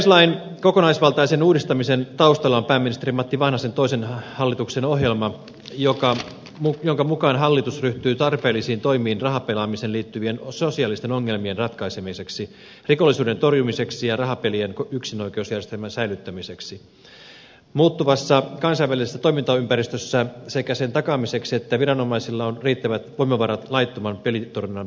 arpajaislain kokonaisvaltaisen uudistamisen taustalla on pääministeri matti vanhasen toisen hallituksen ohjelma jonka mukaan hallitus ryhtyy tarpeellisiin toimiin rahapelaamiseen liittyvien sosiaalisten ongelmien ratkaisemiseksi rikollisuuden torjumiseksi ja rahapelien yksinoikeusjärjestelmän säilyttämiseksi muuttuvassa kansainvälisessä toimintaympäristössä sekä sen takaamiseksi että viranomaisilla on riittävät voimavarat laittomaan pelitarjontaan puuttumiseksi